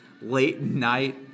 late-night